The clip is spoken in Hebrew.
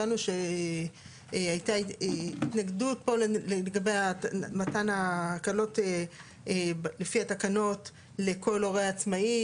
הבנו שהייתה התנגדות פה לגבי מתן ההקלות לפי התקנות לכל הורה עצמאי,